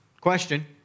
question